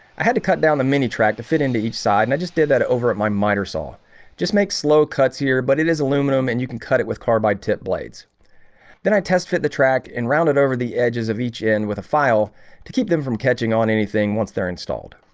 i had to cut down the mini track to fit into each side and i just did that over at my miter saw just make slow cuts here, but it is aluminum and you can cut it with carbide tip blades then i test fit the track and round it over the edges of each end with a file to keep them from catching on anything once they're installed